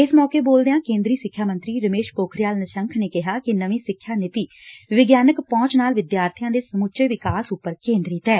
ਇਸ ਮੌਕੇ ਬੋਲਦਿਆਂ ਕੇਦਰੀ ਸਿੱਖਿਆ ਮੰਤਰੀ ਰਮੇਸ਼ ਪੋਖਰਿਆਲ ਨਿਸੰਕ ਨੇ ਕਿਹਾ ਕਿ ਨਵੀ ਸਿੱਖਿਆ ਨੀਤੀ ਵਿਗਿਆਨਕ ਪਹੁੰਚ ਨਾਲ ਵਿਦਿਆਰਥੀਆਂ ਦੇ ਸਮੁੱਚੇ ਵਿਕਾਸ ਉਪਰ ਕੇਂਦਰਿਤ ਐ